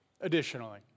Additionally